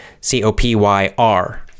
C-O-P-Y-R